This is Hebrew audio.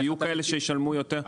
יהיו כאלה שישלמו יותר.